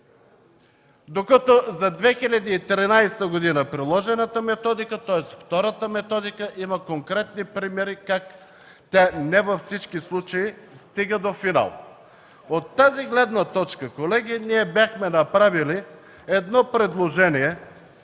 Докато за 2013 г., приложената методика, тоест втората методика, има конкретни примери как тя не във всички случаи стига до финал.” От тази гледна точка, колеги, ние бяхме направили едно предложение